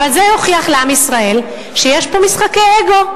אבל זה יוכיח לעם ישראל שיש פה משחקי אגו.